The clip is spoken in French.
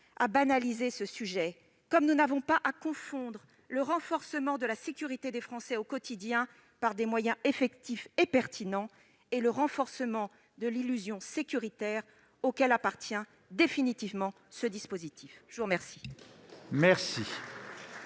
à banaliser ce sujet, comme nous n'avons pas à confondre le renforcement de la sécurité des Français au quotidien par des moyens effectifs et pertinents et le renforcement de l'illusion sécuritaire, auquel appartient définitivement ce dispositif. Je suis saisi